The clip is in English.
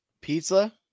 Pizza